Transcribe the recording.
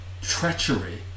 treachery